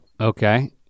Okay